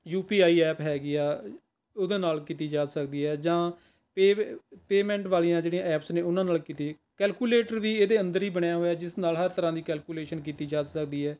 you P I app ਹੈਗੀ ਹੈ ਉਹਦੇ ਨਾਲ ਕੀਤੀ ਜਾ ਸਕਦੀ ਹੈ ਜਾਂ ਪੇਅਬ ਪੇਮੈਂਟਸ ਵਾਲੀਆਂ ਜਿਹੜੀਆਂ ਐਪਸ ਨੇ ਉਹਨਾਂ ਨਾਲ ਕੀਤੀ ਕੈਲਕੁਲੇਟਰ ਵੀ ਇਹਦੇ ਅੰਦਰ ਹੀ ਬਣਿਆ ਹੋਇਆ ਜਿਸ ਨਾਲ ਹਰ ਤਰ੍ਹਾਂ ਦੀ ਕੈਲਕੁਲ਼ੇਸ਼ਨ ਕੀਤੀ ਜਾ ਸਕਦੀ ਹੈ